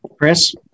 Chris